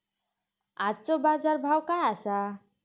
आजचो बाजार भाव काय आसा?